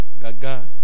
Gaga